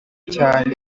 cyane